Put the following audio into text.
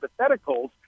hypotheticals